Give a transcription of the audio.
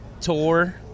tour